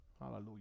Hallelujah